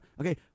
Okay